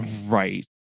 Right